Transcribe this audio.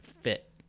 fit